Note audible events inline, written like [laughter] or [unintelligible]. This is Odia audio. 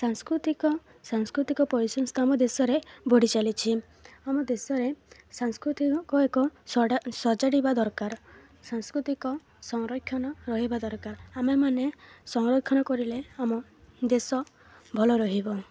ସାଂସ୍କୃତିକ ସାଂସ୍କୃତିକ ପରିସଂସ୍ଥା ଆମ ଦେଶରେ ବଢ଼ି ଚାଲିଛି ଆମ ଦେଶରେ ସାଂସ୍କୃତିକ [unintelligible] ଏକ ସଜାଡ଼ିବା ଦରକାର ସାଂସ୍କୃତିକ ସଂରକ୍ଷଣ ରହିବା ଦରକାର ଆମେମାନେ ସଂରକ୍ଷଣ କରିଲେ ଆମ ଦେଶ ଭଲ ରହିବ